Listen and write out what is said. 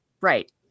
right